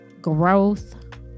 growth